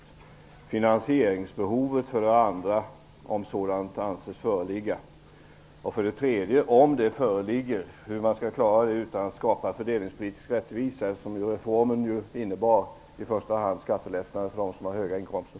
För det andra: Hur ser regeringen på finansieringsbehovet, om ett sådant anses föreligga? För det tredje: Om det föreligger ett finansieringsbehov, hur skall man klara det och samtidigt skapa fördelningspolitisk rättvisa? Reformen innebar ju i första hand skattelättnader för dem som har höga inkomster.